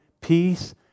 peace